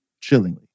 chillingly